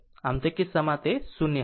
આમ તે કિસ્સામાં જે સરેરાશ તે 0 હશે